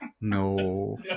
No